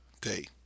day